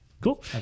Cool